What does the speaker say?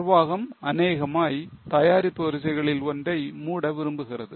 நிர்வாகம் அநேகமாய் தயாரிப்பு வரிசைகளில் ஒன்றை மூட விரும்புகிறது